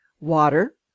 water